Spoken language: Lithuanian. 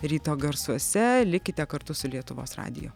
ryto garsuose likite kartu su lietuvos radiju